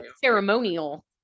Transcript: ceremonial